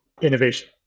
innovation